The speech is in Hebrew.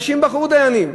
נשים בחרו דיינים.